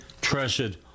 treasured